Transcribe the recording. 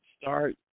start